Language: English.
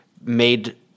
made